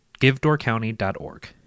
givedoorcounty.org